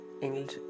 English